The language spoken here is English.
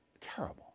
Terrible